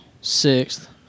sixth